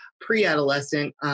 pre-adolescent